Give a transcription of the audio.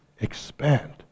expand